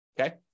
okay